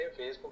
Facebook